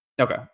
Okay